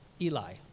Eli